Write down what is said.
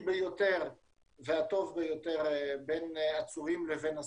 ביותר והטוב ביותר בין עצורים לבין אסירים.